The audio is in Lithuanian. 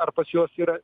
ar pas juos yra